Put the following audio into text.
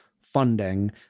funding